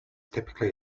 typically